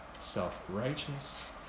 self-righteous